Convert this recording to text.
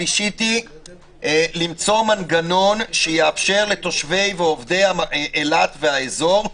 למצוא מנגנון שיאפשר לתושבי ועובדי אילת והאזור,